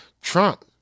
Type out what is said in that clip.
Trump